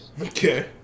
Okay